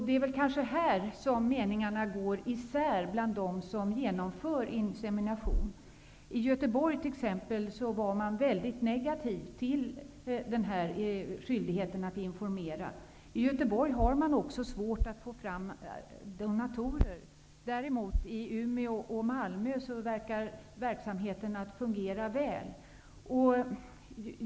Det är kanske här som meningarna går isär bland dem som genomför insemination. I Göteborg var man t.ex. mycket negativ till skyldigheten att informera. I Göteborg har man också svårt att få fram donatorer. Däremot verkar verksamheten att fungera väl i Umeå och Malmö.